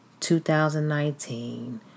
2019